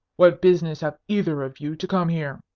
what business have either of you to come here?